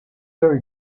very